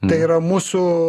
tai yra mūsų